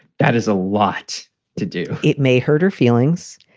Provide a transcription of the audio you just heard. that is a lot to do. it may hurt her feelings.